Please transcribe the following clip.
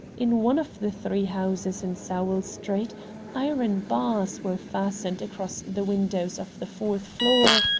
in one of the three houses in sowell street iron bars were fastened across the windows of the fourth floor,